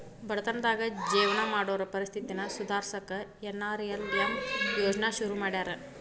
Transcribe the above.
ಬಡತನದಾಗ ಜೇವನ ಮಾಡೋರ್ ಪರಿಸ್ಥಿತಿನ ಸುಧಾರ್ಸಕ ಎನ್.ಆರ್.ಎಲ್.ಎಂ ಯೋಜ್ನಾ ಶುರು ಮಾಡ್ಯಾರ